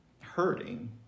hurting